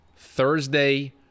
Thursday